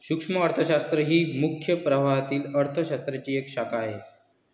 सूक्ष्म अर्थशास्त्र ही मुख्य प्रवाहातील अर्थ शास्त्राची एक शाखा आहे